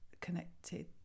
connected